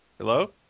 Hello